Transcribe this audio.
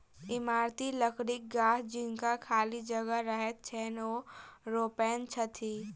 इमारती लकड़ीक गाछ जिनका खाली जगह रहैत छैन, ओ रोपैत छथि